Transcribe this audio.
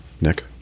Nick